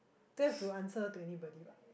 they have to answer to anybody what